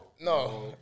No